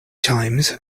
times